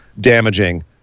damaging